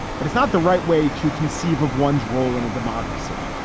but it's not the right way to conceive of one's role in a democracy.